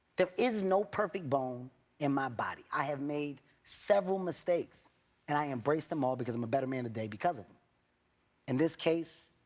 there is no perfect bone in my body. i have made several mistakes and i embrace them all because i'm a better man today because of them. in this case,